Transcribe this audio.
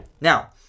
Now